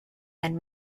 and